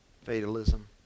fatalism